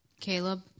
Caleb